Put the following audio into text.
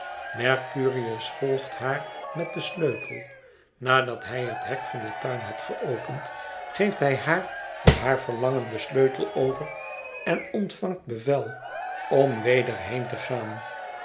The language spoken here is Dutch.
mercurius volgt haar met den sleutel nadat hij het hek van den tuin had geopend geeft hij haar op haar verlangen den sleutel over en ontvangt bevel om weder heen te gaan